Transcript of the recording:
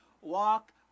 Walk